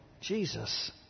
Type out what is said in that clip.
Jesus